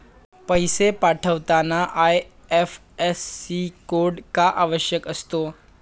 पैसे पाठवताना IFSC code का आवश्यक असतो?